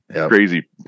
Crazy